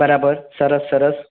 બરાબર સરસ સરસ